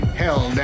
hell